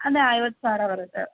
ಅದೇ ಐವತ್ತು ಸಾವಿರ ಬರುತ್ತೆ